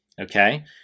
okay